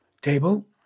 table